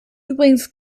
übrigens